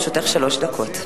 לרשותך שלוש דקות.